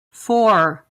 four